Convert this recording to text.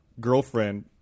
girlfriend